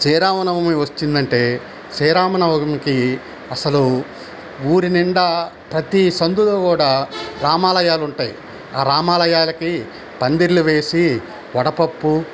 శ్రీరామనవమి వచ్చిందంటే శ్రీరామనవమికి అసలు ఊరి నిండా ప్రతి సందులో కూడా రామాలయాలుంటాయి ఆ రామాలయాలకి పందిర్లు వేసి వడపప్పు